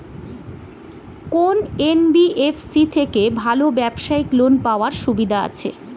কোন এন.বি.এফ.সি থেকে ভালো ব্যবসায়িক লোন পাওয়ার সুবিধা আছে?